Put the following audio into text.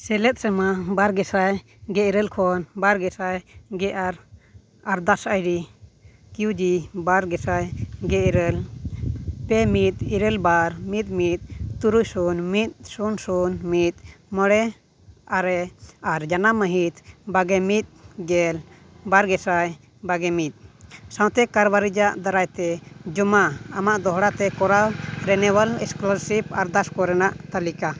ᱥᱮᱞᱮᱫ ᱥᱮᱨᱢᱟ ᱵᱟᱨᱜᱮᱥᱟᱭ ᱜᱮᱞ ᱤᱨᱟᱹᱞ ᱠᱷᱚᱱ ᱵᱟᱨ ᱜᱮᱥᱟᱭ ᱜᱮ ᱟᱨ ᱟᱨᱫᱟᱥ ᱟᱭᱰᱤ ᱠᱤᱭᱩ ᱡᱤ ᱵᱟᱨ ᱜᱮᱥᱟᱭ ᱜᱮ ᱤᱨᱟᱹᱞ ᱯᱮ ᱢᱤᱫ ᱤᱨᱟᱹᱞ ᱵᱟᱨ ᱢᱤᱫ ᱢᱤᱫ ᱛᱩᱨᱩᱭ ᱥᱩᱱ ᱢᱤᱫ ᱥᱩᱱ ᱥᱩᱱ ᱢᱤᱫ ᱢᱚᱬᱮ ᱟᱨᱮ ᱟᱨ ᱡᱟᱱᱟᱢ ᱢᱟᱹᱦᱤᱛ ᱵᱟᱜᱮ ᱢᱤᱫᱜᱮᱞ ᱵᱟᱨ ᱜᱮᱥᱟᱭ ᱵᱟᱜᱮᱢᱤᱫ ᱥᱟᱶᱛᱮ ᱠᱟᱨᱵᱟᱨᱤᱡᱟᱜ ᱫᱟᱨᱟᱭᱛᱮ ᱡᱚᱢᱟ ᱟᱢᱟᱜ ᱫᱚᱦᱲᱟᱛᱮ ᱠᱚᱨᱟᱣ ᱨᱤᱱᱤᱭᱩᱣᱟᱞ ᱥᱠᱚᱞᱟᱨᱥᱤᱯ ᱟᱨᱫᱟᱥ ᱠᱚᱨᱮᱱᱟᱜ ᱛᱟᱞᱤᱠᱟ